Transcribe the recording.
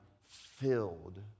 filled